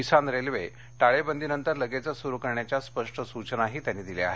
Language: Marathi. किसान रेल्वे टाळेबंदीनंतर लगेचच सुरु करण्याच्या स्पष्ट सूचनाही त्यांनी दिल्या आहेत